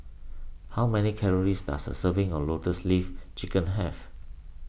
how many calories does a serving of Lotus Leaf Chicken Have